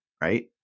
right